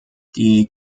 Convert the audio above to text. die